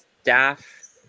staff